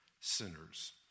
sinners